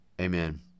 Amen